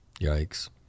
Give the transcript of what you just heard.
yikes